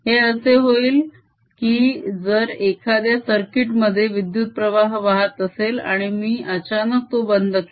हे असे होईल की जर एकाद्या सर्किट मध्ये विद्युत्प्रवाह वाहत असेल आणि मी अचानक तो बंद केला